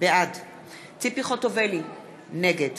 בעד ציפי חוטובלי, נגד